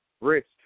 risk